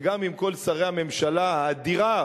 וגם אם כל שרי הממשלה האדירה,